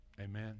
Amen